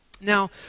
Now